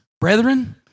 brethren